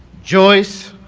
joyce